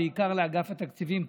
ובעיקר לאגף התקציבים,